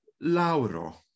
Lauro